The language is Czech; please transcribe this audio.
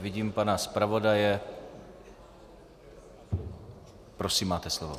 Vidím pana zpravodaje, prosím, máte slovo.